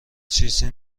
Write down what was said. چیزی